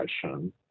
question